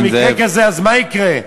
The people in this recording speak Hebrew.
במקרה כזה, מה יקרה?